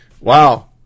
Wow